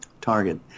target